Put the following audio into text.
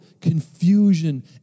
confusion